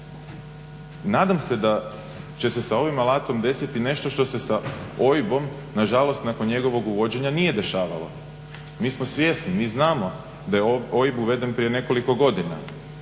Nadam se da će se sa ovim alatom desiti nešto što se sa OIB-om nažalost nakon njegovog uvođenja nije dešavalo. Mi smo svjesni, mi znamo da je OIB uveden prije nekoliko godina,